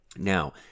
Now